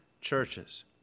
churches